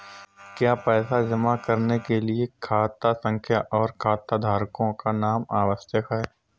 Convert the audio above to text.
क्या पैसा जमा करने के लिए खाता संख्या और खाताधारकों का नाम आवश्यक है?